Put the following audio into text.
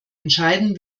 entscheiden